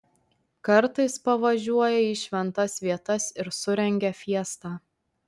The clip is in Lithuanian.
kartais pavažiuoja į šventas vietas ir surengia fiestą